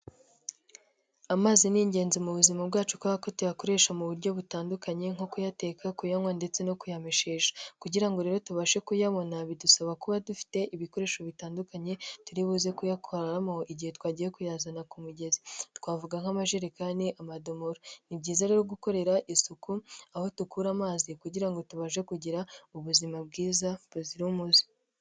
Amazi ni ingenzi mu buzima bwacu kubera ko tuyakoresha mu buryo butandukanye nko kuyateka, kuyanywa ,ndetse no kuyameshesha kugirango rero tubashe kuyabona bidusaba kuba dufite ibikoresho bitandukanye turi buze kuyatwaramo igihe twagiye kuyazana ku mugezi twavuga nk'amajerekani, amadomoro ni byiza rero gukorera isuku aho dukura amazi kugirango ngo tubashe kugira ubuzima bwiza buzira umuze.